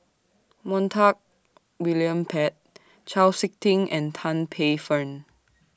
Montague William Pett Chau Sik Ting and Tan Paey Fern